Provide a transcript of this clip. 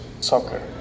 soccer